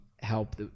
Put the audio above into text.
help